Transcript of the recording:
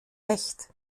recht